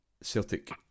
Celtic